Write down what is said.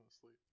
asleep